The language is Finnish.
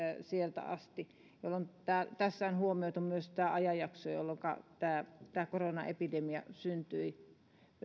sieltä asti jolloin tässä on huomioitu myös tämä ajanjakso jolloinka tämä tämä koronaepidemia syntyi